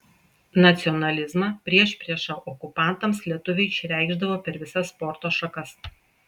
nacionalizmą priešpriešą okupantams lietuviai išreikšdavo per visas sporto šakas